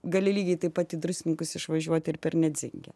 gali lygiai taip pat į druskininkus išvažiuoti ir per nedzingę